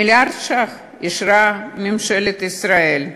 מיליארד שקל אישרה ממשלת ישראל.